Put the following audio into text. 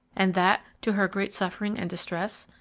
and that to her great suffering and distress?